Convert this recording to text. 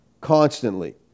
constantly